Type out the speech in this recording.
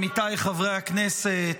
עמיתיי חברי הכנסת,